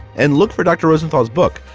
and look for dr. rosenfeld's book,